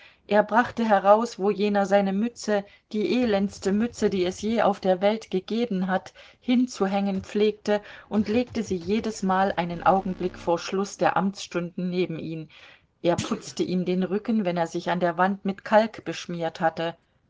er brachte heraus wo jener seine mütze die elendeste mütze die es je auf der welt gegeben hat hinzuhängen pflegte und legte sie jedesmal einen augenblick vor schluß der amtsstunden neben ihn er putzte ihm den rücken wenn er sich an der wand mit kalk beschmiert hatte